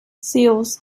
seals